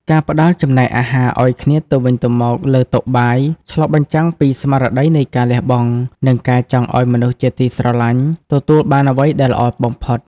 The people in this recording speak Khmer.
ការផ្ដល់ចំណែកអាហារឱ្យគ្នាទៅវិញទៅមកលើតុបាយ ឆ្លុះបញ្ចាំងពីស្មារតីនៃការលះបង់ និងការចង់ឱ្យមនុស្សជាទីស្រឡាញ់ទទួលបានអ្វីដែលល្អបំផុត។